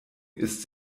ist